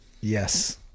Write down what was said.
Yes